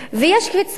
ויש קפיצה,